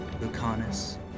Lucanus